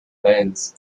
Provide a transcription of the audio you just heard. fans